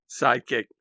Sidekick